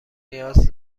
نیاز